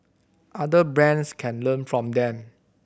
other brands can learn from them